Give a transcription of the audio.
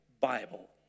Bible